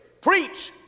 Preach